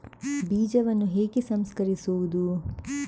ಬೀಜವನ್ನು ಹೇಗೆ ಸಂಸ್ಕರಿಸುವುದು?